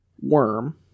worm